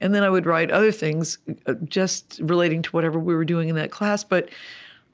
and then i would write other things just relating to whatever we were doing in that class. but